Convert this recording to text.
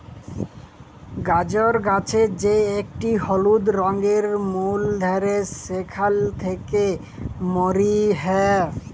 গাজর গাছের যে একটি হলুদ রঙের ফুল ধ্যরে সেখালে থেক্যে মরি হ্যয়ে